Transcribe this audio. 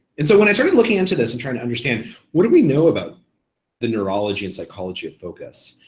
and so when i started looking into this and trying to understand what do we know about the neurology and psychology of focus,